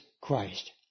Christ